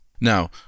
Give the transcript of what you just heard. Now